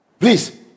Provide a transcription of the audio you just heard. Please